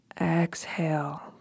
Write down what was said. Exhale